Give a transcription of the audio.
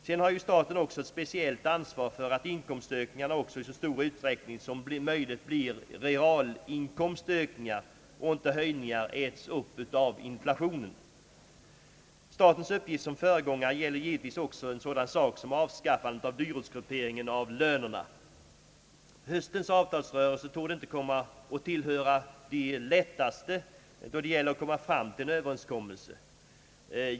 Sedan har staten också ett speciellt ansvar för att inkomstökningarna också i så stor utsträckning som möjligt blir realinkomstökningar och inte höjningar som äts upp av inflationen. Statens uppgift som föregångare gäller givetvis också avskaffandet av dyrortsgrupperingen av lönerna. Höstens avtalsrörelse torde inte komma att tillhöra de lättaste då det gäller att komma fram till en överenskommelse.